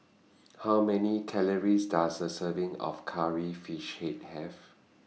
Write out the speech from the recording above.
How Many Calories Does A Serving of Curry Fish Head Have